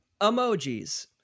emojis